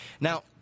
Now